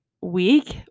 week